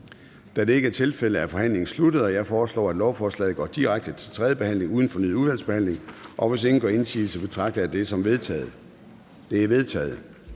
Da det ikke er tilfældet, er forhandlingen sluttet. Jeg foreslår, at lovforslaget går direkte til tredje behandling uden fornyet udvalgsbehandling. Hvis ingen gør indsigelse, betragter jeg dette som vedtaget. Det er vedtaget.